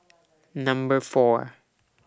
Number four